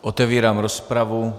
Otevírám rozpravu.